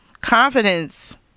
confidence